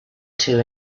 two